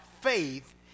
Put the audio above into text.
faith